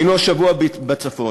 היינו השבוע בצפון,